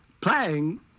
playing